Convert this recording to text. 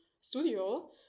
studio